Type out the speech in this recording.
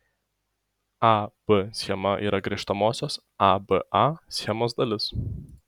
a b schema yra grįžtamosios a b a schemos dalis